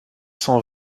cent